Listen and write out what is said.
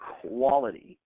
quality